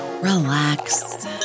relax